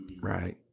Right